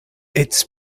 its